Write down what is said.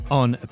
on